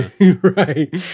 right